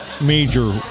major